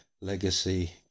legacy